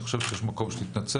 אני חושב שיש מקום שתתנצל.